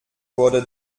wurde